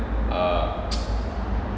err